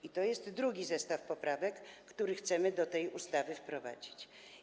I to jest drugi zestaw poprawek, które chcemy do tej ustawy wprowadzić.